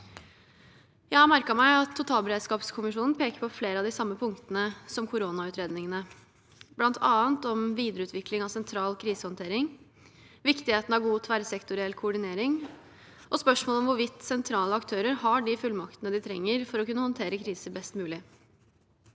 Jeg har merket meg at totalberedskapskommisjonen peker på flere av de samme punktene som koronautredningene, bl.a. om videreutvikling av sentral krisehåndtering, viktigheten av god tverrsektoriell koordinering og spørsmålet om hvorvidt sentrale aktører har de fullmaktene de trenger for å kunne håndtere kriser best mulig.